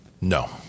No